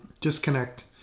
Disconnect